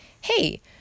Hey